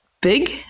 big